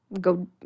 go